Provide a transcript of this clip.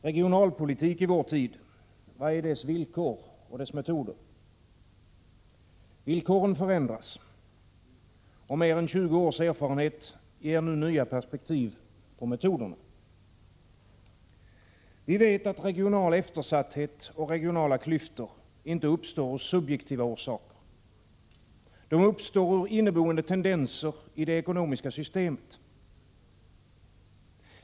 Herr talman! Regionalpolitik i vår tid — vilka är dess villkor och metoder? Villkoren förändras. Mer än 20 års erfarenhet ger nu nya perspektiv på metoderna. Vi vet att regional eftersatthet och regionala klyftor inte uppstår av subjektiva orsaker. De uppstår ur inneboende tendenser i det ekonomiska systemet.